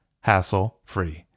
hassle-free